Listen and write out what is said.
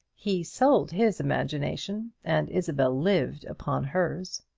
he sold his imagination, and isabel lived upon hers.